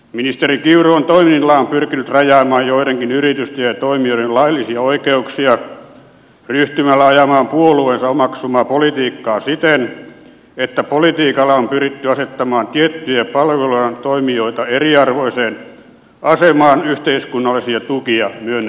ministeri kiuru on toimillaan pyrkinyt rajaamaan joidenkin yritysten ja toimijoiden laillisia oikeuksia ryhtymällä ajamaan puolueensa omaksumaa politiikkaa siten että politiikalla on pyritty asettamaan tiettyjä palvelualan toimijoita eriarvoiseen asemaan yhteiskunnallisia tukia myönnettäessä